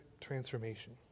transformation